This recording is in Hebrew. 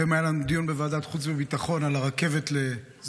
היום היה לנו דיון בוועדת החוץ והביטחון על הרכבת לשדרות,